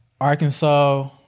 Arkansas